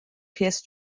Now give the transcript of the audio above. pierce